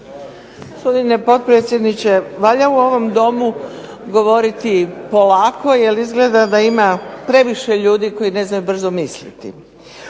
Gospodine potpredsjedniče valja u ovom Domu govoriti polako jer izgleda da ima previše ljudi koji ne znaju brzo misliti.